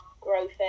growth